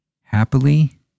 Happily